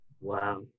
Wow